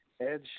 Edge